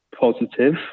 positive